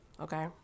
Okay